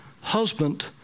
husband